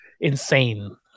insane